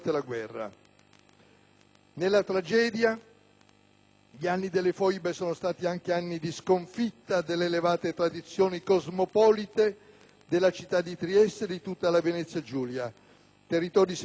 Nella tragedia, quelli delle foibe sono stati anche anni di sconfitta delle elevate tradizioni cosmopolite della città di Trieste e di tutta la Venezia Giulia, territori segnati da una